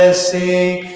ah c